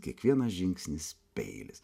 kiekvienas žingsnis peilis